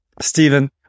Stephen